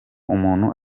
umuntu